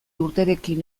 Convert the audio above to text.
urterekin